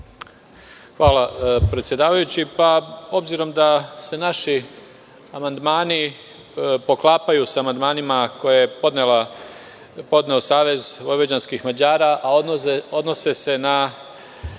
Hvala, predsedavajući. Obzirom da se naši amandmani poklapaju sa amandmanima koje je podneo SVM, a odnose se na